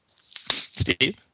Steve